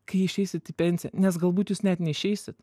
kai išeisit į pensiją nes galbūt jūs net neišeisit